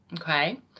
okay